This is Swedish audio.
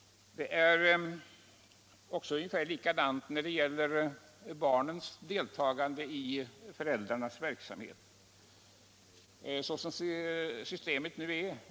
Förhållandet är ungefär likadant när det gäller barns deltagande i föräldrars verksamhet.